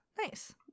Nice